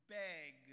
beg